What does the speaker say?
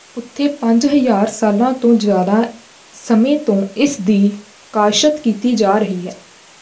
ਉੱਥੇ ਪੰਜ ਹਜ਼ਾਰ ਸਾਲਾਂ ਤੋਂ ਜ਼ਿਆਦਾ ਸਮੇਂ ਤੋਂ ਇਸ ਦੀ ਕਾਸ਼ਤ ਕੀਤੀ ਜਾ ਰਹੀ ਹੈ